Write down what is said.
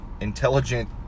intelligent